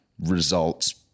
results